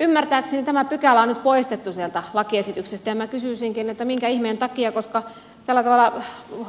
ymmärtääkseni tämä pykälä on nyt poistettu sieltä lakiesityksestä ja minä kysyisinkin minkä ihmeen takia koska